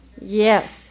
Yes